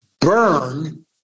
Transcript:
burn